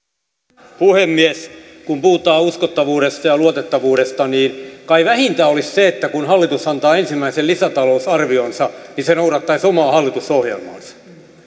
arvoisa puhemies kun puhutaan uskottavuudesta ja luotettavuudesta niin kai vähintä olisi se että kun hallitus antaa ensimmäisen lisätalousarvionsa niin se noudattaisi omaa hallitusohjelmaansa